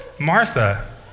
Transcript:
Martha